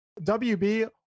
WB